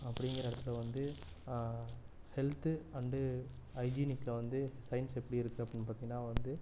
அப்படிங்கிற இடத்துல வந்து ஹெல்த்து அண்டு ஹைஜீனிக்கை வந்து சைன்ஸ் எப்படி இருக்கு அப்படின்னு பார்த்திங்கன்னா வந்து